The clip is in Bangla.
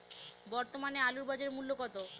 বর্তমানে আলুর বাজার মূল্য কত?